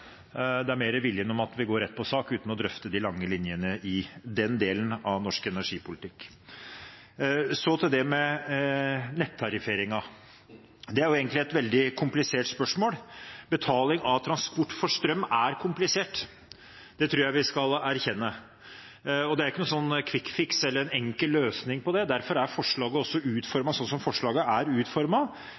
det er mer viljen til å gå rett på sak uten å drøfte de lange linjene i den delen av norsk energipolitikk. Så til nettarifferingen: Det er egentlig et veldig komplisert spørsmål. Betaling av transport for strøm er komplisert, det tror jeg vi skal erkjenne. Det er ikke noen «quick fix» eller en enkel løsning på det. Derfor er forslaget også utformet slik det er